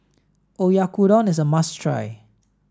Oyakodon is a must try